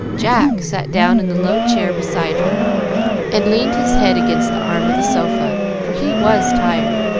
jack sat down in the low chair beside her and leaned his head against the arm of the sofa, for he was tired.